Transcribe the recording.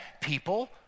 People